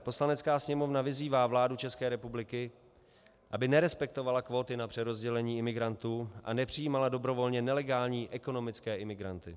Poslanecká sněmovna vyzývá vládu České republiky, aby nerespektovala kvóty na přerozdělení imigrantů a nepřijímala dobrovolně nelegální ekonomické imigranty.